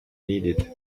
needed